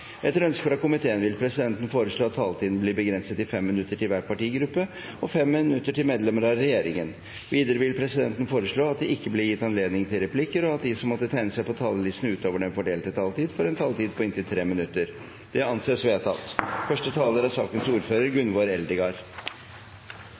Etter ønske fra kontroll- og konstitusjonskomiteen vil presidenten foreslå at taletiden blir begrenset til 5 minutter til hver partigruppe og 5 minutter til medlemmer av regjeringen. Videre vil presidenten foreslå at det ikke blir gitt anledning til replikker, og at de som måtte tegne seg på talerlisten utover den fordelte taletid, får en taletid på inntil 3 minutter. – Det anses vedtatt. Såkornfonda er